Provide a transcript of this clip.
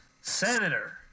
Senator